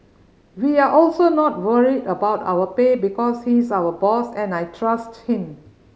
we are also not worried about our pay because he's our boss and I trust him